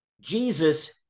Jesus